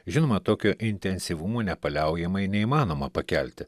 žinoma tokiu intensyvumu nepaliaujamai neįmanoma pakelti